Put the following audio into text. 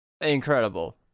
Incredible